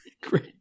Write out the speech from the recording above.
great